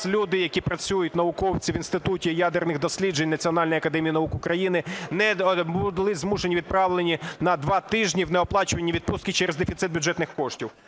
люди, які працюють, науковці, в Інституті ядерних досліджень Національної академії наук України були відправлені на два тижні в неоплачувані відпустки через дефіцит бюджетних коштів.